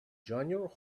junior